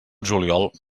juliol